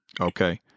Okay